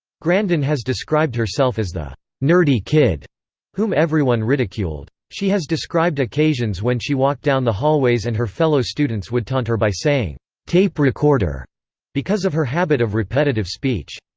grandin has described herself as the nerdy kid whom everyone ridiculed. she has described occasions when she walked down the hallways and her fellow students would taunt her by saying tape recorder because of her habit of repetitive speech.